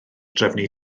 drefnu